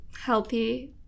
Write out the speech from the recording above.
healthy